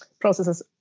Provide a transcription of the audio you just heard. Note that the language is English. processes